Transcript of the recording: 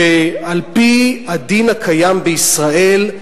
שעל-פי הדין הקיים בישראל,